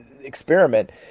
experiment